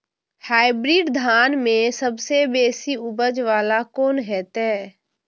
Hybrid धान में सबसे बेसी उपज बाला कोन हेते?